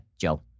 Joe